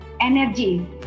energy